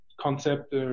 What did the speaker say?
concept